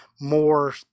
more